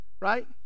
Right